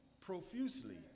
profusely